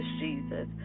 Jesus